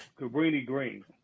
Cabrini-Green